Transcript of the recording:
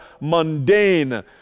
mundane